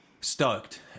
stoked